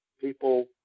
People